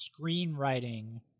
screenwriting